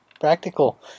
practical